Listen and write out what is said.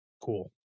Cool